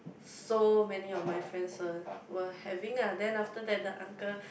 so many of my friends were were having ah then after that the uncle